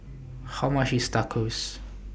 How much IS Tacos